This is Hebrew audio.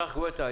גואטה,